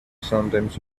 sometimes